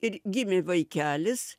ir gimė vaikelis